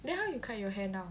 then how you cut your hair now